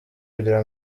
kugira